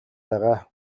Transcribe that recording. байгаа